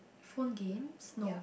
phone games no